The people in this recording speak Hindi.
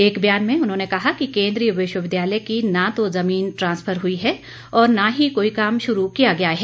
एक बयान में उन्होंने कहा कि केंद्रीय विश्वविद्यालय की न तो जमीन ट्रांसफर हुई है और न ही कोई काम शुरू किया गया है